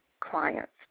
clients